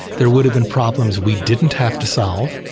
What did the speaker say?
there would've been problems we didn't have to solve.